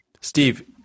steve